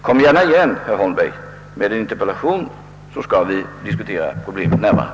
Kom gärna igen med en interpellation, herr Holmberg, så skall vi diskutera problemet närmare.